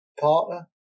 partner